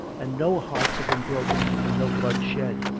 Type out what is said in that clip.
and no hearts have been broken and no blood shed.